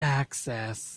access